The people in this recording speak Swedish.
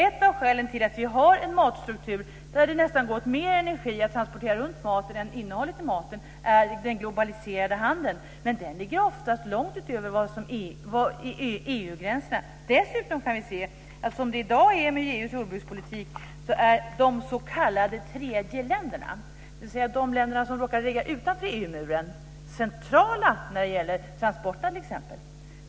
Ett av skälen till att vi har en matstruktur där det nästan går åt mer energi åt att transportera runt maten än vad maten innehåller är den globaliserade handeln. Men den går ofta långt utanför EU-gränserna. Som EU:s jordbrukspolitik är i dag är dessutom de s.k. tredje länderna, dvs. de länder som råkar ligga utanför EU muren, centrala när det gäller t.ex. transporterna.